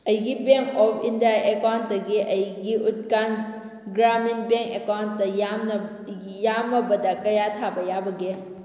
ꯑꯩꯒꯤ bank of India ꯑꯦꯀꯥꯎꯟꯗꯒꯤ ꯑꯩꯒꯤ ꯎꯠꯀꯥꯟ ꯒ꯭ꯔꯥꯃꯤꯟ ꯕꯦꯡ ꯑꯦꯀꯥꯎꯟꯗ ꯌꯥꯝꯃꯕꯗ ꯀꯌꯥ ꯊꯥꯕ ꯌꯥꯕꯒꯦ